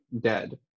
dead